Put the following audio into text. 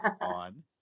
on